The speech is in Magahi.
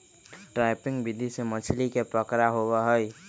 ट्रैपिंग विधि से मछली के पकड़ा होबा हई